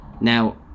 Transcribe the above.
Now